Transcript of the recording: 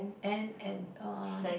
and and uh that